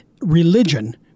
religion